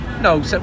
No